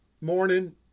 Morning